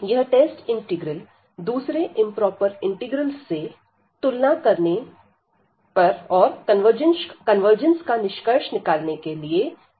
यह test integral दूसरे improper integrals से तुलना करने के और कन्वर्जंस का निष्कर्ष निकालने के लिए बहुत उपयोगी है